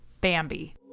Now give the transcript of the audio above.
Bambi